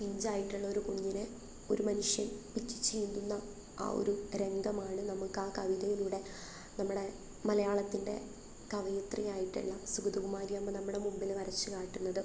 പിഞ്ചായിട്ടുള്ള ഒരു കുഞ്ഞിനെ ഒരു മനുഷ്യൻ പിച്ചിച്ചീന്തുന്ന ആ ഒരു രംഗമാണ് നമുക്കാ കവിതയിലൂടെ നമ്മുടെ മലയാളത്തിൻ്റെ കവയിത്രി ആയിട്ടുള്ള സുഗതകുമാരി അമ്മ നമ്മടെ മുമ്പില് വരച്ചുകാട്ടുന്നത്